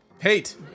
hate